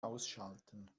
ausschalten